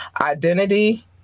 Identity